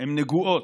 הן נגועות,